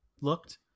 looked